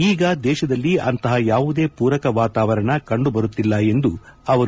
ಈಗ ದೇಶದಲ್ಲಿ ಅಂತಹ ಯಾವುದೇ ಪೂರಕ ವಾತಾವರಣ ಕಂಡುಬರುತ್ತಿಲ್ಲ ಎಂದರು